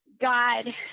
God